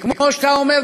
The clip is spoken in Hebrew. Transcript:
וכמו שאתה אומר,